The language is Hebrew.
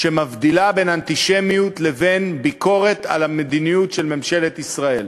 שמבדילה בין אנטישמיות לבין ביקורת על המדיניות של ממשלת ישראל.